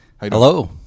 Hello